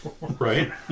Right